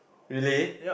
really